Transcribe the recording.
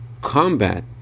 combat